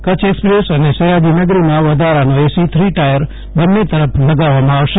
કચ્છે express અને સયાજીનગરીમાં વધારાનો એસી થ્રી ટાયર બન્ને તરફ લગાવવામાં આવશે